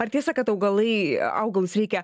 ar tiesa kad augalai augalus reikia